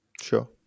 Sure